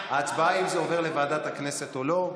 ההצבעה היא אם זה עובר לוועדת הכנסת או לא.